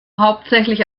hauptsächlich